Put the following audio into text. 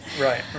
right